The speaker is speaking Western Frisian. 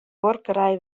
buorkerij